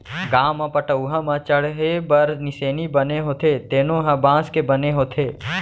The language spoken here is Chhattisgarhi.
गाँव म पटअउहा म चड़हे बर निसेनी बने होथे तेनो ह बांस के बने होथे